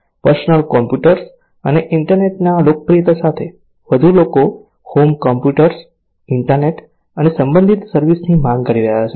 personal computers અને ઇન્ટરનેટના લોકપ્રિયતા સાથે વધુ લોકો હોમ કમ્પ્યુટર્સ ઇન્ટરનેટ અને સંબંધિત સર્વિસ ની માંગ કરી રહ્યા છે